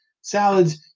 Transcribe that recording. salads